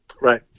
Right